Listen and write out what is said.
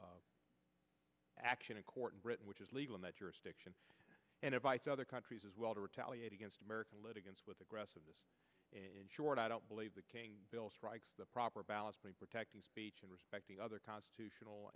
taking action in court and britain which is legal in that jurisdiction and invites other countries as well to retaliate against american litigants with aggressiveness in short i don't believe the king bill strikes the proper balance by protecting speech and respecting other constitutional